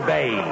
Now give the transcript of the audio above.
Bay